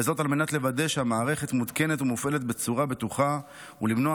וזאת על מנת לוודא שהמערכת מותקנת ומופעלת בצורה בטוחה ולמנוע